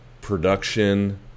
production